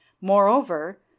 Moreover